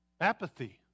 apathy